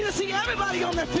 and see everybody on their